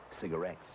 cigarettes